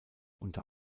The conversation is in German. unter